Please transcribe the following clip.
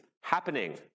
happening